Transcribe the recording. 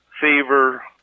fever